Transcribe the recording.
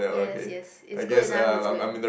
yes yes is good enough is good